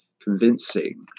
convincing